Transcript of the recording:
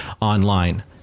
online